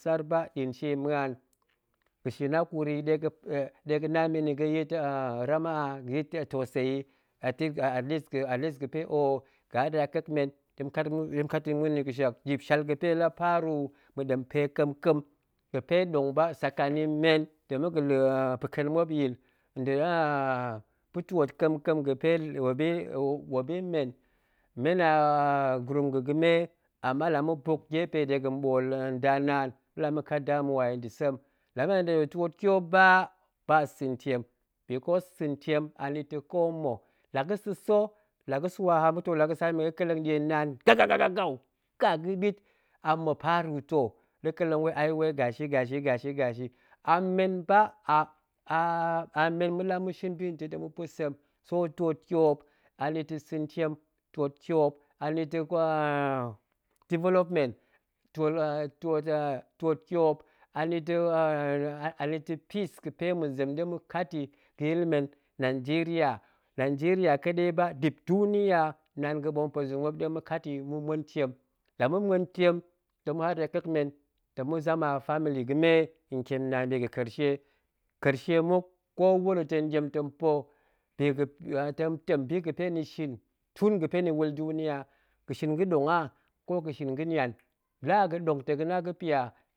Tsar ba nɗa̱a̱n shie muan ga̱ shin hakuri dega̱ na men yi gayit rahama, gayit touseyi at-atleast ga̱pe oh ga̱ haɗa kek men ɗe ma̱kat yi ma̱ muan nni ga̱shak, dip shal ape la paru ma̱dem pe kemkem ga̱pe ɗong ba saka ni men, nda̱ ma̱a̱ la̱ pa̱ken muop nyil nda̱ pa̱ twoot kamkem ga̱pe. dong ba sakani men, nda̱ ma̱ga̱ la̱ paken muop nyil nda̱ pa̱ twoot kemkem ga̱pe muop yi muop yi mem, nen a gurum ga̱ ga̱me ama la mạ buk gepe dega̱n bool nda naan, ma̱nɗe la ma̱kat damuwa yi nda̱ sem la ma̱muen dega̱ twot tyop ba, ba santiem, because sa̱ntiem anita̱ ko mma̱, la ga̱ sa̱sa̱ la ga̱ swa haam ga̱too la ga̱saam yi ga̱ kellng ɗie naan gaga gagou, ka ga̱ɓit amma̱ paru ta̱ ga̱ kelleng ai wei gasi gashi gashi gashi amen ba, ə'a’ men ma̱ɗe la ma̱sin binnə ta̱ ta̱ ma̱pa̱ sem, so twoot tyop anita̱ santiem, twoot tyap a nita̱ a development, twoot a twoot tyop anita̱ peace ga̱pe ma̱zem ɗe ma̱kat yi ga̱yil men nanjeriya, nanjeriya kaɗai ba dip duniya naan ga̱ bom puezung muop ɗe ma̱kat yi ma̱ muen ntiem la ma̱ muen ntiem to̱ma̱ haɗa. kek men, ta̱ ma̱ zama family ga̱me ntiem naan dega̱ karce, karce muk ko wuro ta̱ ɗiem ta̱ pa̱ biga̱, tong tem bi ga̱pe ni shin tun gạpe ni wul duniya, ga̱shin ga̱ɗong a ko ga̱shin ga̱nian, la a ga̱ ɗong ta̱ ga̱na ga̱pya